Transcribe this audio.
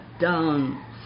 down